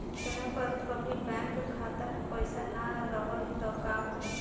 समय पर कभी बैंक खाता मे पईसा ना रहल त का होई?